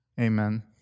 Amen